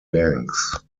banks